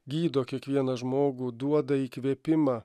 gydo kiekvieną žmogų duoda įkvėpimą